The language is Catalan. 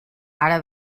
ara